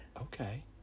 Okay